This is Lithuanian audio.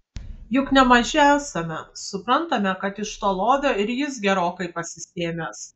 juk ne maži esame suprantame kad iš to lovio ir jis gerokai pasisėmęs